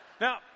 Now